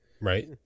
Right